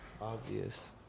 Obvious